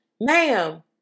ma'am